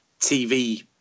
TV